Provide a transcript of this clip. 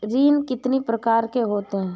ऋण कितनी प्रकार के होते हैं?